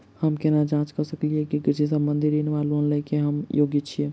हम केना जाँच करऽ सकलिये की कृषि संबंधी ऋण वा लोन लय केँ हम योग्य छीयै?